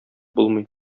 булмый